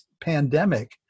pandemic